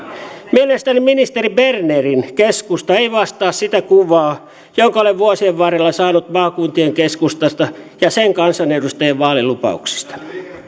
mielestäni ministeri bernerin keskusta ei vastaa sitä kuvaa jonka olen vuosien varrella saanut maakuntien keskustasta ja sen kansanedustajien vaalilupauksista